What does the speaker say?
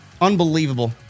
Unbelievable